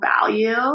value